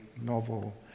novel